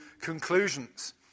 conclusions